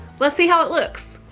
let's see how it looks.